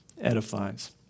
edifies